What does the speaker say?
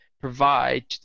provide